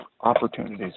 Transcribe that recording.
opportunities